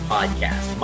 Podcast